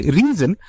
reason